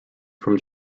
from